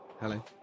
hello